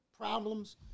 problems